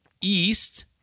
East